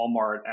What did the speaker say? Walmart